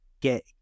get